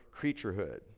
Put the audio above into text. creaturehood